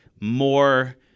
more